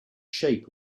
shape